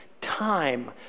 Time